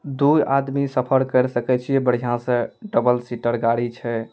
दुइ आदमी सफर कैरि सकैत छियै बढ़िऑं सऽ डबल सीटर गाड़ी छै